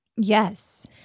Yes